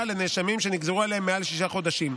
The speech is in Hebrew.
לנאשמים שנגזרו עליהם מעל שישה חודשים.